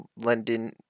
London